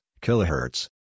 kilohertz